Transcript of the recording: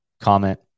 comment